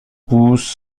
poussent